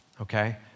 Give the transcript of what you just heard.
okay